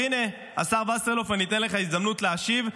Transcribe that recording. והינה, השר וסרלאוף, אני אתן לך הזדמנות להשיב.